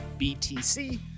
BTC